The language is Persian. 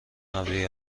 ابری